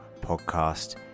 podcast